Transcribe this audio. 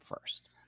first